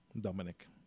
Dominic